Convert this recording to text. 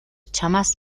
чамаас